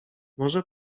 może